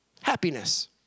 Happiness